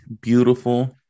beautiful